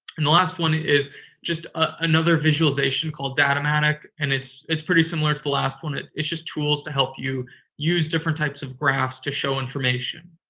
and the last one is just another visualization called datamatic, and it's it's pretty similar to the last one. it's just tools to help you use different types of graphs to show information.